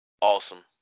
awesome